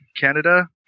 Canada